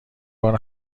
بار